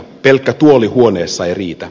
pelkkä tuoli huoneessa ei riitä